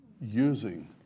using